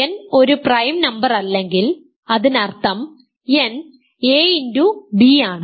n ഒരു prime നമ്പറല്ലെങ്കിൽ അതിനർത്ഥം n axb ആണ്